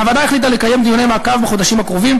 הוועדה החליטה לקיים דיוני מעקב בחודשים הקרובים,